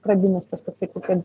pradinis tas toksai kad